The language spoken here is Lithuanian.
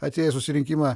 atėję į susirinkimą